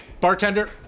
bartender